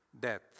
death